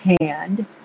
hand